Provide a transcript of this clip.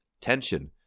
tension